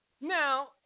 Now